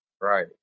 right